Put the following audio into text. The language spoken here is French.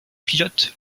pilote